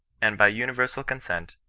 and, by universal consent,